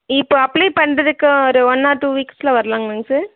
இப்போ அப்ளை பண்ணுறதுக்கு ஒரு ஒன் ஆர் டூ வீக்ஸில் வரலாங்களாங்க சார்